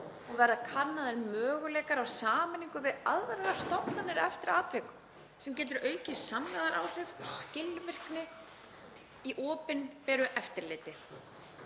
og verða kannaðir möguleikar á sameiningu við aðrar stofnanir eftir atvikum sem getur aukið samlegðaráhrif og skilvirkni í opinberu eftirliti.